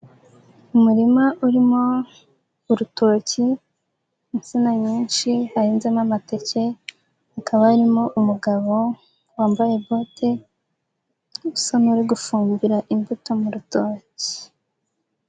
Umurima urimo urutoki, insina nyinshi hahinzemo amateke, hakaba harimo umugabo wambaye bote usa n'uri gufumbira imbuto mu rutoki.